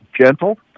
gentle